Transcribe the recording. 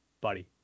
buddy